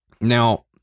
now